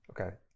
Okay